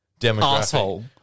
demographic